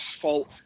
fault